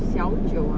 小久啊